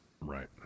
right